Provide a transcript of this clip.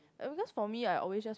uh because for me I always just want